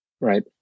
right